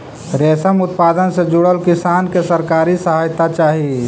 रेशम उत्पादन से जुड़ल किसान के सरकारी सहायता चाहि